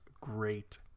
great